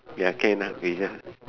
ya can lah we just